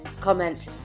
comment